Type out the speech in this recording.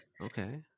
Okay